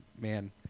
man